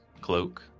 cloak